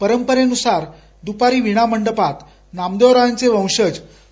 परंपरेनुसार दुपारी विणामंडपात नामदेवरायांचे वंशज ह